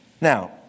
Now